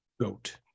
goat